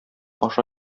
аша